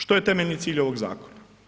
Što je temeljni cilj ovog zakon?